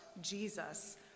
Jesus